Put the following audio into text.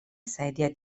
sedia